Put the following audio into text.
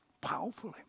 powerfully